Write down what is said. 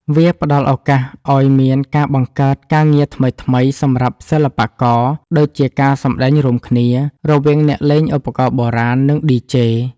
វាផ្ដល់ឱកាសឱ្យមានការបង្កើតការងារថ្មីៗសម្រាប់សិល្បករ ដូចជាការសម្ដែងរួមគ្នា រវាងអ្នកលេងឧបករណ៍បុរាណ និង DJ។